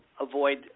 avoid